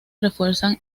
refuerzan